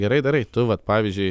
gerai darai tu vat pavyzdžiui